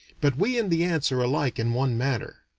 but we and the ants are alike in one matter